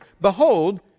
behold